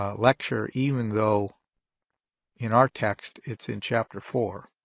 ah lecture even though in our text it's in chapter four.